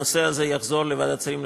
הנושא הזה יחזור לוועדת שרים לחקיקה,